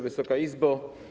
Wysoka Izbo!